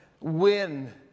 win